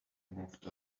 moved